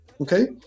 Okay